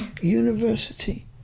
University